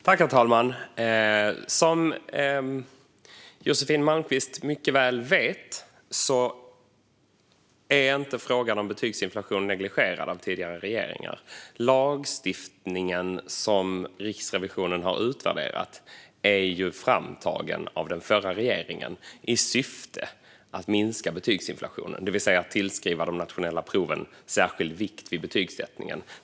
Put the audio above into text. Herr talman! Som Josefin Malmqvist mycket väl vet har frågan om betygsinflation inte negligerats av tidigare regeringar. Lagstiftningen som Riksrevisionen har utvärderat är framtagen av den förra regeringen i syfte att minska betygsinflationen, det vill säga att tillskriva de nationella proven särskild vikt vid betygsättningen.